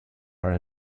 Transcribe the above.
are